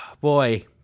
boy